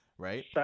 right